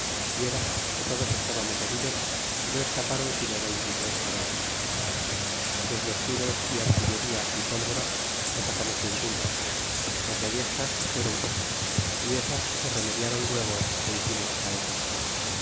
y era que todos estábamos heridos y no escaparon sino veinte y tres caballos pues los tiros y artillería y pólvora no sacamos ninguna las ballestas fueron pocas y esas se reeüeiáron luego é hicimos saetas